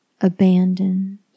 abandoned